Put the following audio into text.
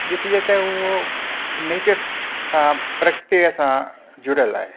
ॾिसिजे त उहो नेचर सां प्रकृतिअ सां जुड़ियल आहे